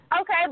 Okay